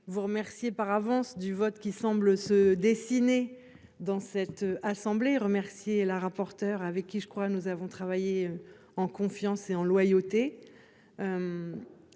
vous remercier par avance du vote qui semble se dessiner dans cette assemblée, remercier la rapporteure avec qui je crois, nous avons travaillé en confiance et en loyauté.